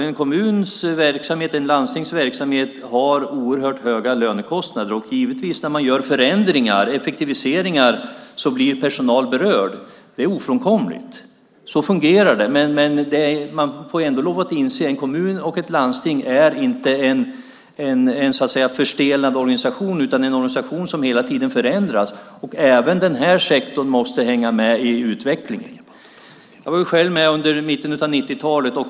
En kommuns och ett landstings verksamhet har oerhört höga lönekostnader, och när man gör förändringar och effektiviseringar blir givetvis personal berörd. Det är ofrånkomligt. Så fungerar det. Men man får ändå lov att inse att en kommun och ett landsting inte är en förstelnad organisation, så att säga, utan det är en organisation som hela tiden förändras. Även den här sektorn måste hänga med i utvecklingen. Jag var själv med i mitten av 90-talet.